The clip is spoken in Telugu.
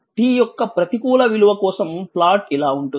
అంటే t యొక్క ప్రతికూల విలువ కోసం ప్లాట్ ఇలా ఉంటుంది